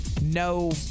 no